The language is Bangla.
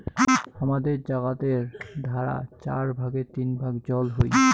হামাদের জাগাতের ধারা চার ভাগের তিন ভাগ জল হই